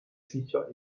sicher